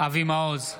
אבי מעוז,